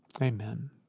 Amen